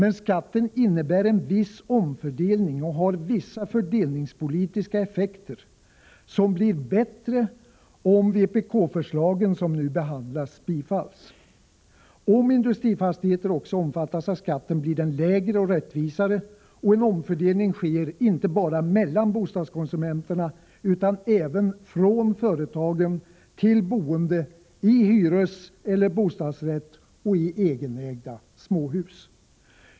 Men skatten innebär en viss omfördelning och har vissa fördelningspolitiska effekter som blir bättre om vpk-förslagen som nu behandlas bifalls. Om industrifastigheter också omfattas av skatten blir den lägre och rättvisare, och en omfördelning sker inte bara mellan bostadskonsumenterna utan även från företagen till boende i hyreseller bostadsrätt och egenägda småhus.